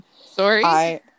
Sorry